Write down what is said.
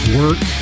work